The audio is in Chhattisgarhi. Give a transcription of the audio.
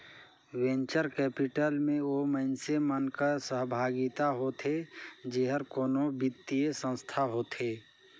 वेंचर कैपिटल में ओ मइनसे मन कर सहभागिता होथे जेहर कोनो बित्तीय संस्था होथे